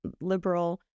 liberal